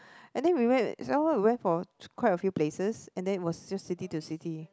and then we went some more we went for quite a few places and then it was just city to city